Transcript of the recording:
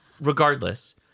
Regardless